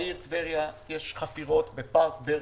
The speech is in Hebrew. בעיר טבריה יש חפירות בפארק ברקו,